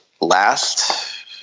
last